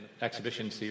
exhibition